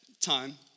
time